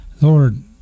Lord